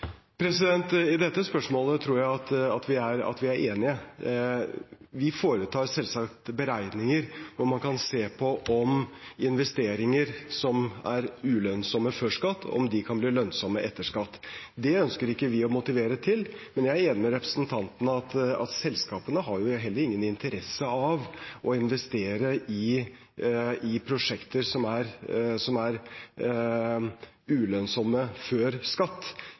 I dette spørsmålet tror jeg vi er enige. Vi foretar selvsagt beregninger hvor man kan se på om investeringer som er ulønnsomme før skatt, kan bli lønnsomme etter skatt. Det ønsker ikke vi å motivere til. Jeg er enig med representanten i at selskapene heller ikke har noen interesse av å investere i prosjekter som er ulønnsomme før skatt.